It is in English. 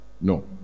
No